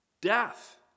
death